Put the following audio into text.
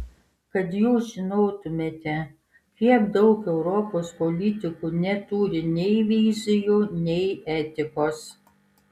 kad jūs žinotumėte kiek daug europos politikų neturi nei vizijų nei etikos